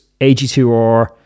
AG2R